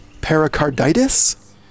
pericarditis